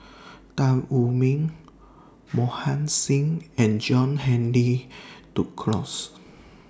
Tan Wu Meng Mohan Singh and John Henry Duclos